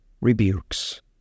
rebukes